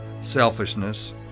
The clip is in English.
selfishness